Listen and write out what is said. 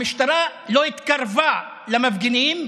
המשטרה לא התקרבה למפגינים,